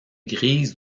grise